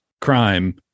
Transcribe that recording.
crime